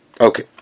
Okay